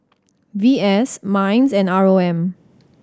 V S MINDS and R O M